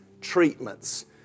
treatments